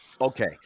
Okay